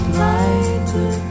lighter